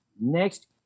Next